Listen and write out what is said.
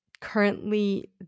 currently